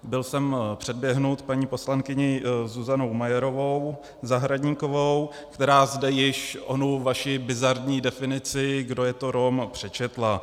Byl jsem předběhnut paní poslankyní Zuzanou Majerovou Zahradníkovou, která zde již onu vaši bizarní definici, kdo je to Rom, přečetla.